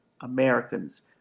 Americans